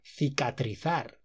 cicatrizar